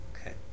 Okay